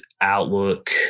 outlook